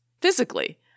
physically